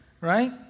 right